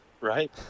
Right